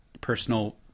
personal